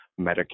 Medicare